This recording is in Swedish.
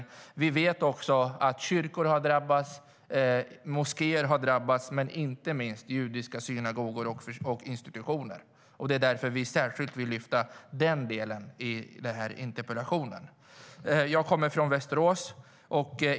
Vi vet också att kyrkor och moskéer har drabbats, men judiska synagogor och institutioner har varit särskilt utsatta. Därför vill vi särskilt ta upp detta i den här interpellationen. Jag kommer från Västerås.